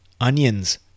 onions